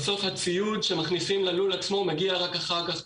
בסוף הציוד שמכניסים ללול עצמו מגיע רק אחר כך,